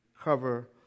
cover